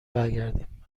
برگردیم